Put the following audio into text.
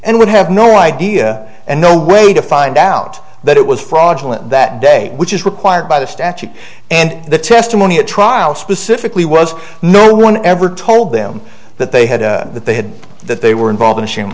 and would have no idea and no way to find out that it was fraudulent that day which is required by the statute and the testimony at trial specifically was no one ever told them that they had that they had that they were involved in a sham